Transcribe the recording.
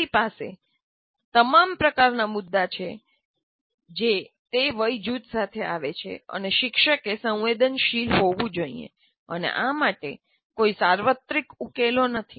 તમારી પાસે તમામ પ્રકારના મુદ્દા છે જે તે વય જૂથ સાથે આવે છે અને શિક્ષકે સંવેદનશીલ હોવું જોઈએ અને આ માટે કોઈ સાર્વત્રિક ઉકેલો નથી